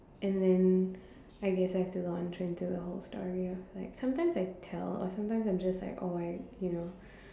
and then I guess I have to log into the whole scenario like sometimes I tell but sometimes I'm just like alright you know